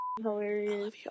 hilarious